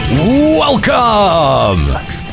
Welcome